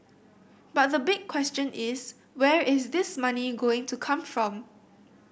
but the big question is where is this money is going to come from